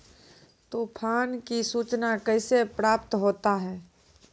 तुफान की सुचना कैसे प्राप्त होता हैं?